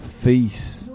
face